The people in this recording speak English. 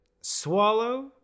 Swallow